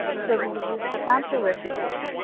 so we will use the sample residuals.